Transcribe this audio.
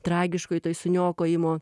tragiškoj toj suniokojimo